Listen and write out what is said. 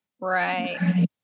Right